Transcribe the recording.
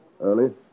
Early